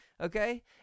okay